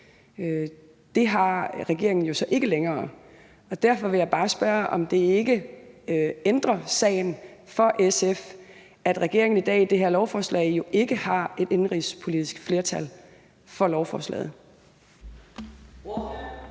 Det har regeringen jo så ikke længere, og derfor vil jeg bare spørge, om det ikke ændrer sagen for SF, at regeringen i dag ikke har et indenrigspolitisk flertal for lovforslaget.